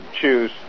choose